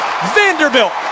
Vanderbilt